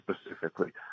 specifically